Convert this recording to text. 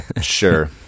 Sure